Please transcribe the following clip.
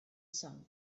sun